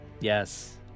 yes